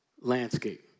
landscape